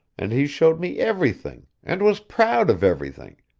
and he showed me everything, and was proud of everything,